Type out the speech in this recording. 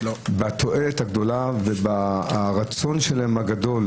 אומרים בעניין התועלת הגדולה וברצון הגדול